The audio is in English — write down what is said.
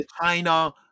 China